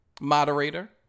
moderator